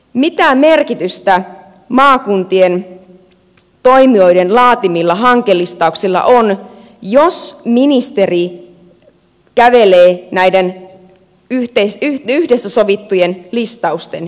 mitä merkitystä maakuntien toimijoiden laatimilla hankelistauksilla on jos ministeri kävelee näiden yhdessä sovittujen listausten ylitse